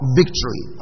victory